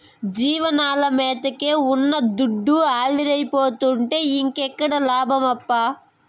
జీవాల మేతకే ఉన్న దుడ్డు ఆవిరైపోతుంటే ఇంకేడ లాభమప్పా